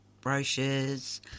brochures